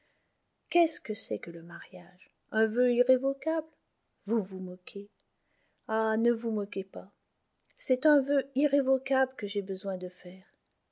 qu'est-ce que c'est que le mariage un vœu irrévocable vous vous moquez ab ne vous moquez pas c'est un vœu irrévocable que j'ai besoin de faire